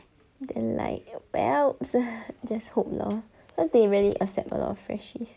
then like well just hope lor cause they really accept a lot of freshies